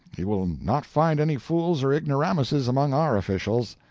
you will not find any fools or ignoramuses among our officials.